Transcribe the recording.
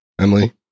Emily